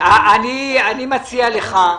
--- אני מציע לך,